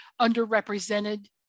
underrepresented